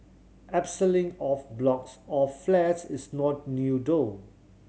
abseiling off blocks of flats is not new though